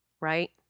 right